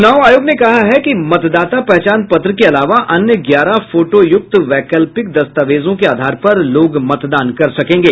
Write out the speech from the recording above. चुनाव आयोग ने कहा है कि मतदाता पहचान पत्र के अलावा अन्य ग्यारह फोटोयूक्त वैकल्पिक दस्तावेजों के आधार पर लोग मतदान कर सकेंगे